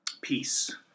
peace